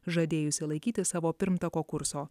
žadėjusi laikytis savo pirmtako kurso